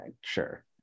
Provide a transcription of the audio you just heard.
sure